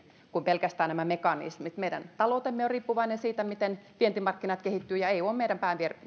kuin pelkästään nämä mekanismit meidän taloutemme on riippuvainen siitä miten vientimarkkinat kehittyvät ja eu on meidän